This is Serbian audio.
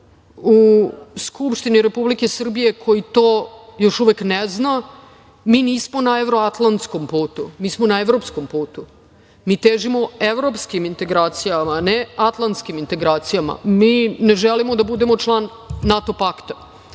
u Skupštini Republike Srbije koji to još uvek ne zna, mi nismo na evroatlanskom putu, mi smo na evropskom putu. Mi težimo evropskim integracijama, a ne atlanskim integracijama. Mi ne želimo da budemo član NATO pakta,